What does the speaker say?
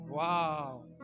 Wow